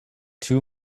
two